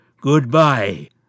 Goodbye